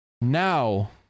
Now